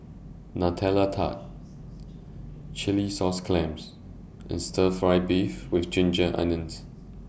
Nutella Tart Chilli Sauce Clams and Stir Fry Beef with Ginger Onions